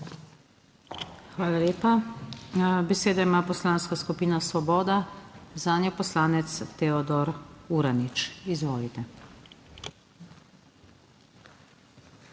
Hvala lepa. Besedo ima Poslanska skupina Svoboda, zanjo poslanec Teodor Uranič. Izvolite.